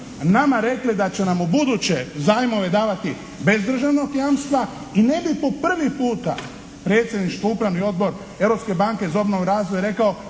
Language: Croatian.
nama rekli da će nam ubuduće zajmove davati bez državnog jamstva i ne bi po prvi put predsjedništvo, Upravni odbor Europske banke za obnovu i razvoj da